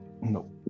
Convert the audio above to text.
No